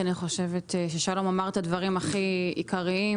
כי אני חושבת ששלום אמר את הדברים הכי עיקריים.